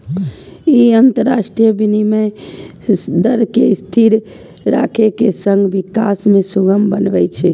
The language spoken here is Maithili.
ई अंतरराष्ट्रीय विनिमय दर कें स्थिर राखै के संग विकास कें सुगम बनबै छै